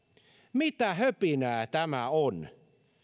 mitä höpinää tämä on